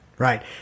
Right